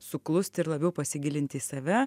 suklusti ir labiau pasigilinti į save